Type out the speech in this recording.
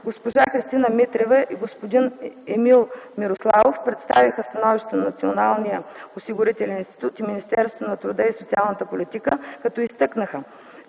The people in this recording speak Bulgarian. госпожа Христина Митрева и господин Емил Мирославов представиха становищата на Националния осигурителен институт и Министерството на труда и социалната политика като изтъкнаха,